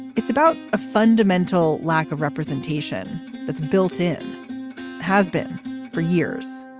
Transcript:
it's about a fundamental lack of representation that's built in has been for years